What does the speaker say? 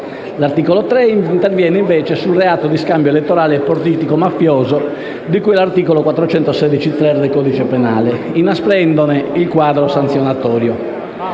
L'articolo 3 interviene invece sul reato di scambio elettorale politico-mafioso, di cui all'articolo 416-*ter* del codice penale, inasprendone il quadro sanzionatorio.